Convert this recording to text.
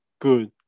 good